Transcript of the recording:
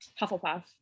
hufflepuff